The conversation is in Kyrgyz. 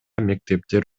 мектептер